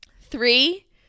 three